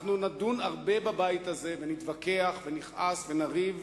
נדון הרבה בבית הזה ונתווכח ונכעס ונריב,